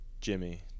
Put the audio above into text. Jimmy